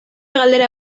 galdera